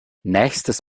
nächstes